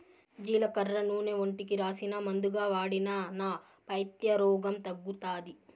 జీలకర్ర నూనె ఒంటికి రాసినా, మందుగా వాడినా నా పైత్య రోగం తగ్గుతాది